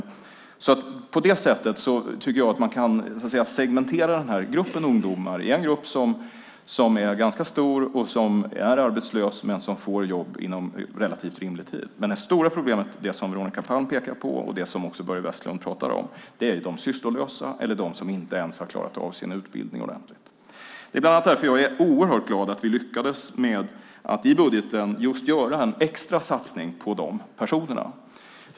På det sättet tycker jag att man kan segmentera gruppen ungdomar. Det finns en grupp som är ganska stor och som är arbetslös men som får jobb inom relativt rimlig tid. Men det stora problemet, som också Veronica Palm pekade på och som Börje Vestlund pratar om, är de sysslolösa eller de som inte ens har klarat av sin utbildning ordentligt. Det är bland annat därför jag är oerhört glad att vi lyckades med att i budgeten göra en extra satsning på just de personerna.